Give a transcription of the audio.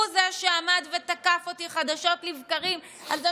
הוא שעמד ותקף אותי חדשות לבקרים על זה